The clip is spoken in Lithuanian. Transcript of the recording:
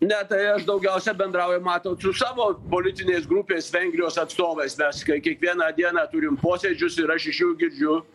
ne tai aš daugiausia bendrauju matot su savo politinės grupės vengrijos atstovais mes kai kiekvieną dieną turim posėdžius ir aš iš jų girdžiu